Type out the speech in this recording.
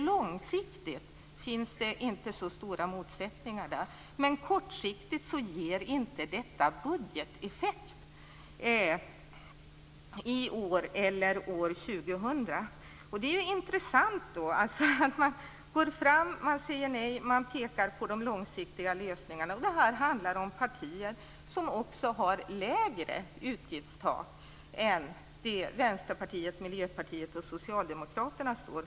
Långsiktigt finns det alltså inte så stora motsättningar, men kortsiktigt ger detta inte budgeteffekt i år eller år 2000. Det är intressant att man säger nej och pekar på långsiktiga lösningar. Det handlar om partier som har lägre utgiftstak än de som Vänsterpartiet, Miljöpartiet och Socialdemokraterna står för.